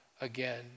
again